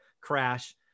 crash